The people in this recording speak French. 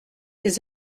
des